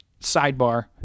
sidebar